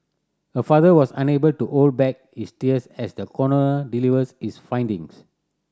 her father was unable to hold back his tears as the coroner delivers his findings